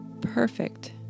perfect